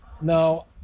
No